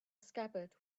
scabbard